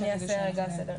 אני אעשה סדר.